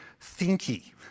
thinky